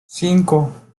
cinco